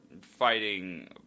fighting